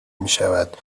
میشود